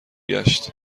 گشت